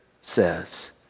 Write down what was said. says